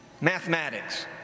Mathematics